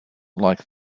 like